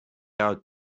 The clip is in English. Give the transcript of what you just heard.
out